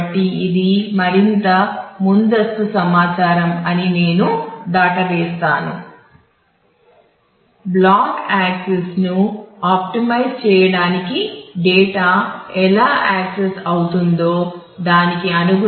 కాబట్టి ఇది మరింత ముందస్తు సమాచారం అని నేను దాటవేస్తాను